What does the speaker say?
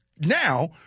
now